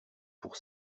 pour